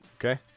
Okay